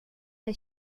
der